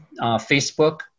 Facebook